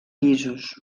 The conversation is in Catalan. llisos